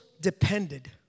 depended